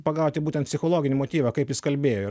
pagauti būtent psichologinį motyvą kaip jis kalbėjo